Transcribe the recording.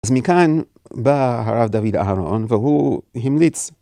אז מכאן בא הרב דוד אהרון והוא המליץ.